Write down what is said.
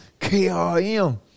KRM